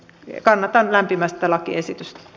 kannatan lämpimästä tätä lakiesitystä